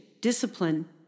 discipline